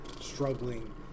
struggling